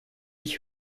ich